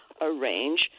arrange